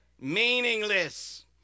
meaningless